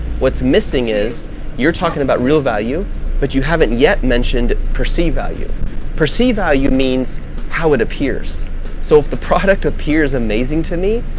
what's missing is you're talking about real value but you haven't yet mentioned perceive value perceive value means how it appears so if the product appears amazing to me,